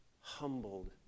humbled